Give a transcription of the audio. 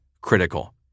critical